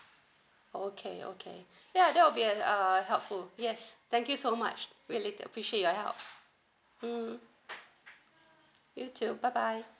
oh okay okay ya that will be like err helpful yes thank you so much really appreciate your help hmm you too bye bye